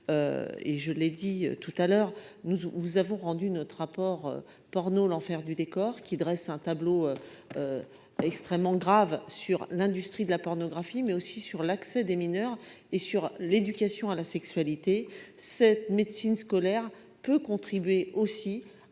et je l'ai dit tout à l'heure, nous avons rendu notre rapport porno l'enfer du décor qui dresse un tableau extrêmement grave sur l'industrie de la pornographie, mais aussi sur l'accès des mineurs et sur l'éducation à la sexualité cette médecine scolaire peut contribuer aussi